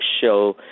show